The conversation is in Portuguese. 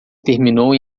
terminou